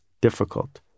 difficult